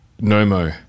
No-mo